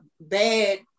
bad